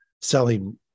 selling